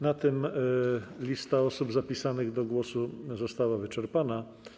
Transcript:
Na tym lista osób zapisanych do głosu została wyczerpana.